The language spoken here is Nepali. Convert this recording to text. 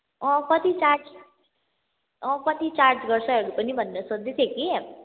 अँ कति चार्ज अँ कति चार्ज गर्छहरू पनि भनेर सोध्दै थियो कि